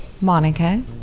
Monica